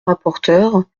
rapporteur